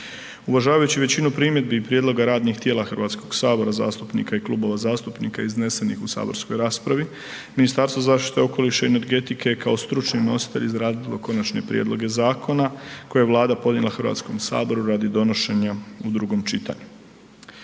Uvažavajući većinu primjedbi i prijedloga radnih tijela Hrvatskog sabora zastupnika i klubova zastupnika iznesenih u saborskoj raspravi Ministarstvo zaštite okoliša i energetike je kao stručni nositelj izradilo konačne prijedloge zakona koje je Vlada podnijela Hrvatskom saboru radi donošenja u drugom čitanju.